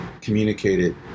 communicated